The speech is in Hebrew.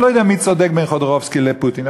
אני לא יודע מי צודק בין חודורקובסקי לפוטין.